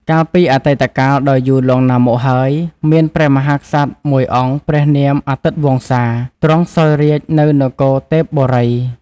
កាលពីអតីតកាលដ៏យូរលង់ណាស់មកហើយ មានព្រះមហាក្សត្រមួយអង្គព្រះនាមអាទិត្យវង្សា ទ្រង់សោយរាជ្យនៅនគរទេពបុរី។